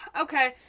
Okay